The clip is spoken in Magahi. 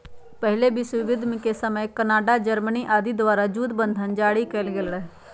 पहिल विश्वजुद्ध के समय कनाडा, जर्मनी आदि द्वारा जुद्ध बन्धन जारि कएल गेल रहै